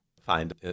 find